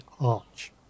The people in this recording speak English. arch